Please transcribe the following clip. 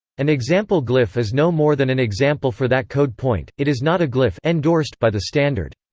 an example glyph is no more than an example for that code point it is not a glyph endorsed by the standard.